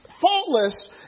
faultless